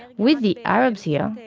with the arabs here.